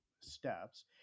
steps